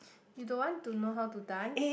you don't want to know how to dance